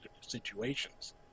situations